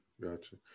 gotcha